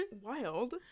Wild